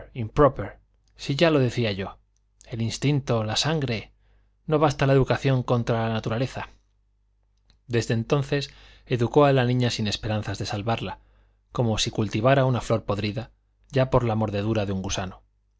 si ya lo decía yo el instinto la sangre no basta la educación contra la naturaleza desde entonces educó a la niña sin esperanzas de salvarla como si cultivara una flor podrida ya por la mordedura de un gusano